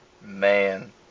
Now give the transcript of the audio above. man